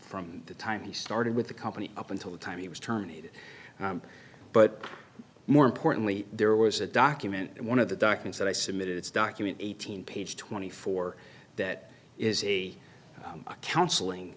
from the time he started with the company up until the time he was terminated but more importantly there was a document and one of the documents that i submitted it's document eighteen page twenty four that is a counseling